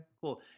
cool